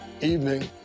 evening